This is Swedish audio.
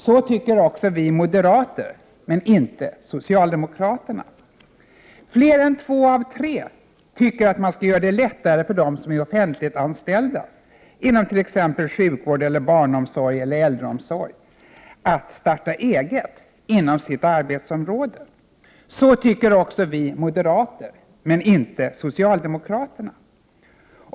Så tycker också vi moderater, men inte socialdemokraterna. Fler än två av tre tycker att man skall göra det lättare för dem som är offentligt anställda inom sjukvård eller barnomsorg eller äldreomsorg att starta eget inom sitt arbetsområde. Så tycker också vi moderater, men inte socialdemokraterna.